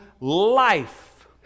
life